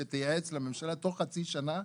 שתייעץ לממשלה בתוך חצי שנה,